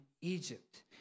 Egypt